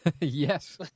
Yes